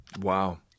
Wow